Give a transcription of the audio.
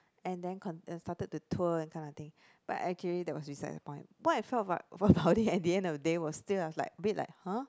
and then cont~ and started to tour that kind of thing but actually that was besides the point what I felt about it at the end of the day was feel was like a bit like !huh!